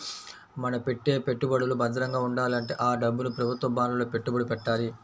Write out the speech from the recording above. మన పెట్టే పెట్టుబడులు భద్రంగా ఉండాలంటే ఆ డబ్బుని ప్రభుత్వ బాండ్లలో పెట్టుబడి పెట్టాలి